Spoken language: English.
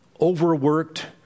overworked